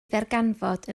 ddarganfod